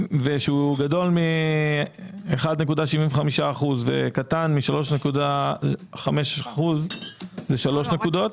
כשגדול מ-1.75% וקטן מ-3.5%, זה שלוש נקודות.